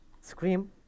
Scream